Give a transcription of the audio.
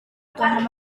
tuhan